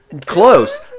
Close